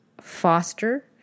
foster